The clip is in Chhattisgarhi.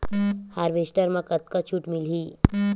हारवेस्टर म कतका छूट मिलही?